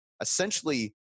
essentially